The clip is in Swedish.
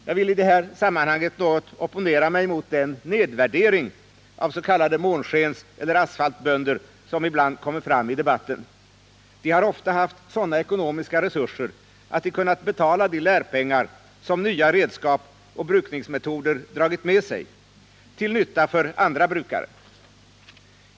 Jag vill i det här sammanhanget något opponera mig mot den nedvärdering av s.k. månskenseller asfaltbönder som ibland kommer fram i debatten. De har ofta haft sådana ekonomiska resurser, att de kunnat betala de lärpengar som nya redskap och brukningsmetoder dragit med sig, till nytta för andra brukare.